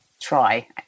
try